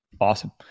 Awesome